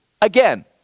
Again